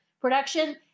production